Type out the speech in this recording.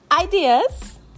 ideas